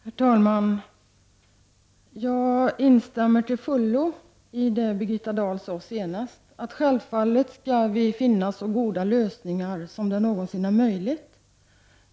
Herr talman! Jag instämmer till fullo i det som Birgitta Dahl senast sade, nämligen att vi självfallet skall finna så goda lösningar som det någonsin är möjligt.